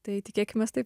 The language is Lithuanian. tai tikėkimės taip